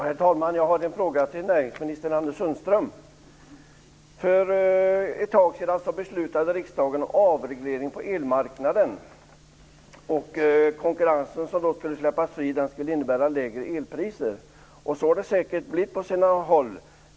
Herr talman! Jag har en fråga till näringsminister För ett tag sedan beslutade riksdagen om avreglering på elmarknaden. Konkurrensen, som då skulle släppas fri, skulle innebära lägre elpriser. Så har det säkert blivit på sina håll.